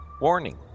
warning